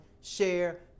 share